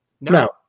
No